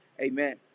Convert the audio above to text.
amen